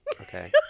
Okay